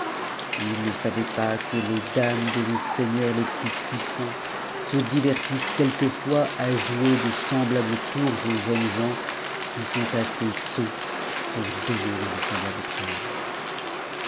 il ne savait pas que les dames de nos seigneurs les plus puissants se divertissent quelquefois à jouer de semblables tours aux jeunes gens qui sont assez sots pour donner dans de semblables pièges